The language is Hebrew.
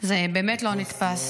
זה באמת לא נתפס.